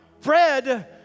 bread